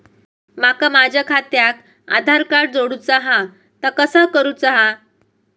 माका माझा खात्याक आधार कार्ड जोडूचा हा ता कसा करुचा हा?